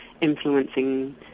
influencing